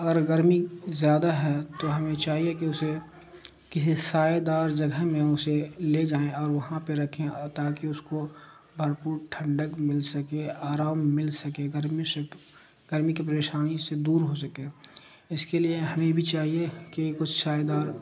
اگر گرمی زیادہ ہے تو ہمیں چاہیے کہ اسے کسی سائیدار جگہ میں اسے لے جائیں اور وہاں پہ رکھیں اور تاکہ اس کو بھرپور ٹھنڈک مل سکے آرام مل سکے گرمی سے گرمی کی پریشانی سے دور ہو سکے اس کے لیے ہمیں بھی چاہیے کہ کچھ شائیدار